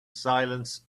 silence